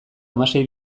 hamasei